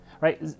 Right